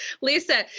Lisa